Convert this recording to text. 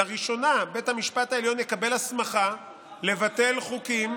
לראשונה בית המשפט העליון יקבל הסמכה לבטל חוקים,